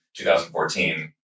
2014